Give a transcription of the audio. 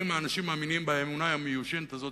ואם אנשים מאמינים באמונה המיושנת הזאת,